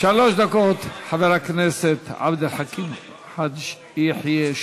שלוש דקות, חבר הכנסת עבד אל חכים חאג' יחיא.